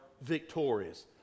victorious